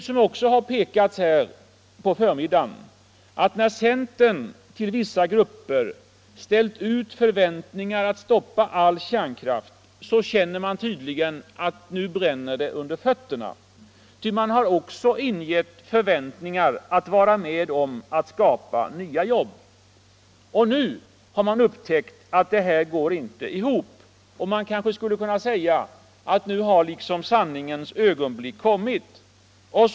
Det har påpekats tidigare i denna debatt att när centern ingivit vissa grupper förväntningarna att man vill stoppa all kärnkraft känner man tydligen nu att det bränner under fötterna. Ty man har också ingivit förväntningarna att man skall vara med och skapa nya jobb. Och nu har man upptäckt att det här inte går ihop. Man kanske skulle kunna säga att sanningens ögonblick nu har kommit!